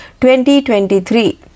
2023